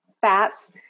fats